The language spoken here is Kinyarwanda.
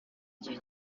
igihe